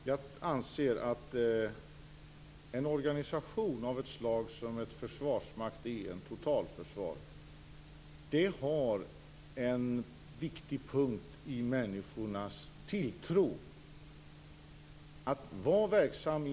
Fru talman! En organisation av det slag som en försvarsmakt är, ett totalförsvar, har en viktig punkt i människors tilltro.